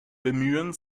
bemühen